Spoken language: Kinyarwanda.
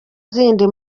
zindi